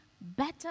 better